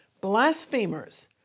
blasphemers